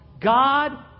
God